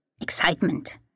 excitement